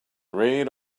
read